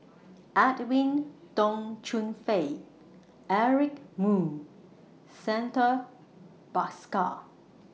Edwin Tong Chun Fai Eric Moo Santha Bhaskar